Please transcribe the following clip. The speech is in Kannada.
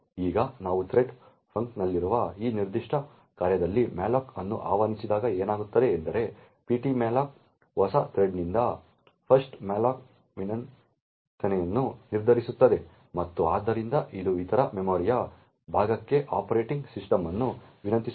ಈಗ ನಾವು ಥ್ರೆಡ್ ಫಂಕ್ಷನ್ನಲ್ಲಿರುವ ಈ ನಿರ್ದಿಷ್ಟ ಕಾರ್ಯದಲ್ಲಿ malloc ಅನ್ನು ಆಹ್ವಾನಿಸಿದಾಗ ಏನಾಗುತ್ತದೆ ಎಂದರೆ ptmalloc ಹೊಸ ಥ್ರೆಡ್ನಿಂದ 1st malloc ವಿನಂತಿಯನ್ನು ನಿರ್ಧರಿಸುತ್ತದೆ ಮತ್ತು ಆದ್ದರಿಂದ ಇದು ಇತರ ಮೆಮೊರಿಯ ಭಾಗಕ್ಕಾಗಿ ಆಪರೇಟಿಂಗ್ ಸಿಸ್ಟಮ್ ಅನ್ನು ವಿನಂತಿಸುತ್ತದೆ